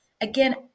again